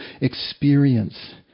experience